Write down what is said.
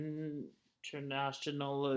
International